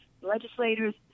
legislators